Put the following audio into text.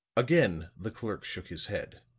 again the clerk shook his head.